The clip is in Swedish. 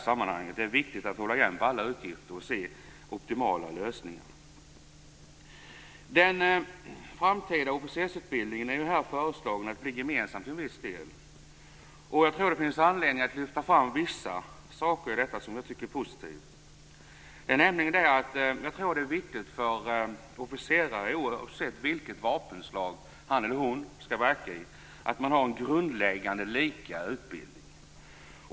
Det är viktig att hålla igen på alla utgifter och se optimala lösningar. Den framtida officersutbildningen är föreslagen att till viss del bli gemensam. Jag tror att det finns anledning att lyfta fram vissa saker i detta som jag tycker är positivt. Jag tror att det är viktigt för officerare, oavsett vilket vapenslag han eller hon skall verka i, att man har en grundläggande lika utbildning.